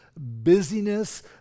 busyness